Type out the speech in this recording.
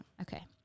Okay